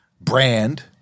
brand